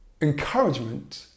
encouragement